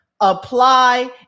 apply